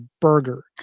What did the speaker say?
burger